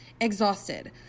exhausted